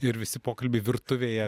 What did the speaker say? ir visi pokalbiai virtuvėje